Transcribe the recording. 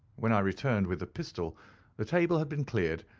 when i returned with the pistol the table had been cleared,